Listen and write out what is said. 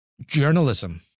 journalism